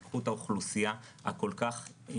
קחו את האוכלוסייה שכל כך זקוקה לזה.